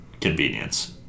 convenience